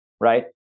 right